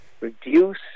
reduce